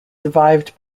survived